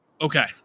Okay